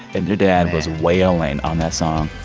and your dad was wailing on that song